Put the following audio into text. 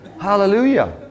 Hallelujah